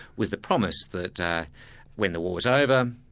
with the promise that when the war was over,